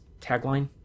tagline